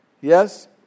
Yes